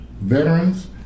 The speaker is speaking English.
Veterans